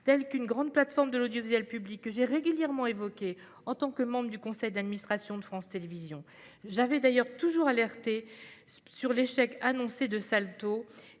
tels qu'une grande plateforme de l'audiovisuel public- je l'ai régulièrement évoquée en tant que membre du conseil d'administration de France Télévisions. J'ai toujours alerté, d'ailleurs, sur l'échec annoncé de Salto.